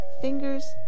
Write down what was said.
fingers